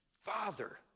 father